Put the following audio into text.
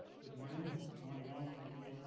good morning. good morning, all. thank you, and